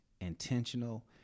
intentional